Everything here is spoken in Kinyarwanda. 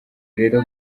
rero